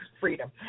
Freedom